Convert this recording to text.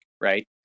right